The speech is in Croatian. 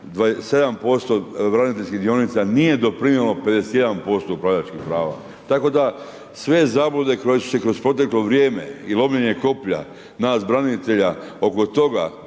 27% braniteljskih dionica, nije doprinijelo 51% upravljačkih prava. Tako da sve zablude koje su se kroz proteklo vrijeme i lomljenje koplja, nas branitelja, oko toga